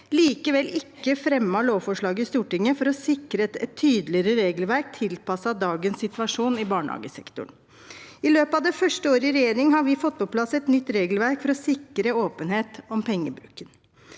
likevel ikke fremmet lovforslag i Stortinget for å sikre et tydeligere regelverk tilpasset dagens situasjon i barnehagesektoren. I løpet av det første året i regjering har vi fått på plass et nytt regelverk for å sikre åpenhet om pengebruken.